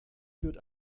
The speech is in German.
führt